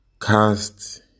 cast